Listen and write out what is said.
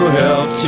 help